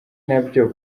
nabyo